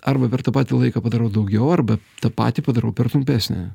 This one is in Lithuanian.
arba per tą patį laiką padarau daugiau arba tą patį padarau per trumpesnį